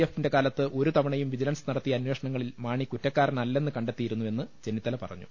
എഫിന്റ കാലത്ത് ഒരു തവണയും വിജി ലൻസ് നടത്തിയ അന്വേഷണങ്ങളിൽ മാണി കുറ്റക്കാരനല്ലെന്ന് കണ്ടെത്തിയിരുന്നുവെന്ന് ചെന്നിത്തല പറഞ്ഞു